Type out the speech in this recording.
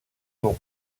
nom